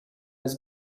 his